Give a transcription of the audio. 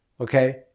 okay